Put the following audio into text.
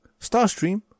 Starstream